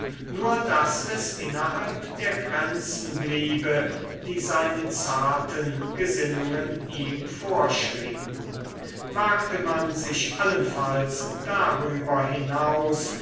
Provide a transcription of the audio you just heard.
nur daß es innerhalb der grenzen bliebe die seine zarten gesinnungen ihm vorschrieben wagte man sich allenfalls darüber hinaus